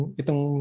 itong